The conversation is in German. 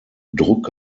druck